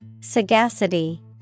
Sagacity